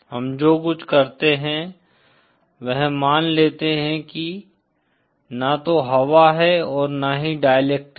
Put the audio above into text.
हम जो कुछ करते हैं वह मान लेते हैं कि न तो हवा है और न ही डाईइलेक्ट्रिक